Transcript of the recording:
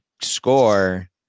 score